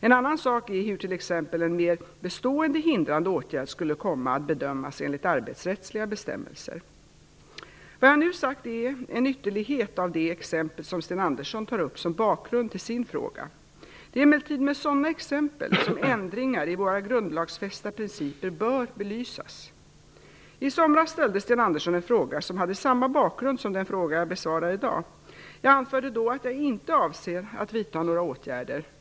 En annan sak är hur t.ex. en mer bestående hindrande åtgärd skulle komma att bedömas enligt arbetsrättsliga bestämmelser. Vad jag nu sagt är en ytterlighet av det exempel som Sten Andersson tar upp som bakgrund till sin fråga. Det är emellertid med sådana exempel som ändringar i våra grundlagsfästa principer bör belysas. I somras ställde Sten Andersson en fråga som hade samma bakgrund som den fråga jag besvarar i dag. Jag anförde då att jag inte avser att vidta några åtgärder.